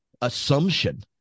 assumption